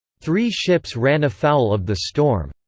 three ships ran afoul of the storm.